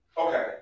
Okay